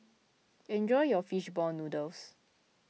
enjoy your Fish Ball Noodles